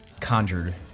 conjured